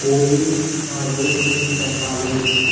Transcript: ఓలీ నా రోజు గురించి చెప్పాలి